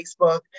Facebook